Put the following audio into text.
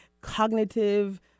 cognitive